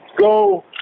go